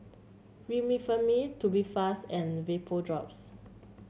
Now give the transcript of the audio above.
Remifemin Tubifast and Vapodrops